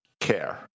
care